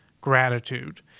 gratitude